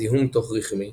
זיהום תוך רחמי